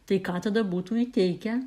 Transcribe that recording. tai ką tada būtų įteikę